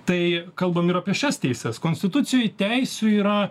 tai kalbam ir apie šias teises konstitucijoj teisių yra